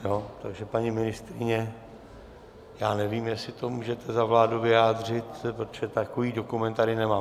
Takže paní ministryně, já nevím, jestli to můžete za vládu vyjádřit, protože takový dokument tady nemám.